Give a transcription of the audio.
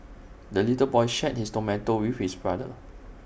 the little boy shared his tomato with his brother